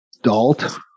adult